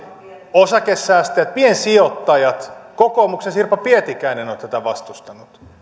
osakesäästäjät piensijoittajat kokoomuksen sirpa pietikäinen ovat tätä vastustaneet